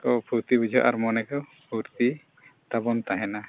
ᱠᱚ ᱯᱷᱩᱨᱛᱤ ᱵᱩᱡᱷᱟᱹᱜᱼᱟ ᱟᱨ ᱢᱚᱱᱮ ᱠᱚ ᱯᱷᱩᱨᱛᱤ ᱛᱟᱵᱚᱱ ᱛᱟᱦᱮᱱᱟ